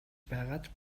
байгаад